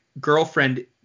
girlfriend